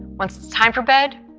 once it's time for bed,